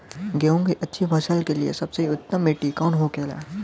गेहूँ की अच्छी फसल के लिए सबसे उत्तम मिट्टी कौन होखे ला?